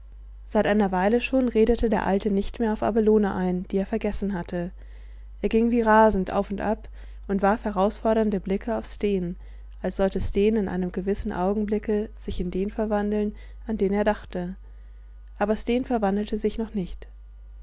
seit einer weile schon redete der alte nicht mehr auf abelone ein die er vergessen hatte er ging wie rasend auf und ab und warf herausfordernde blicke auf sten als sollte sten in einem gewissen augenblicke sich in den verwandeln an den er dachte aber sten verwandelte sich noch nicht